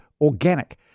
organic